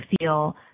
feel